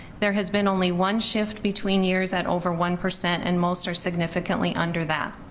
there has been only one shift between years at over one percent and most are significantly under that.